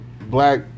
black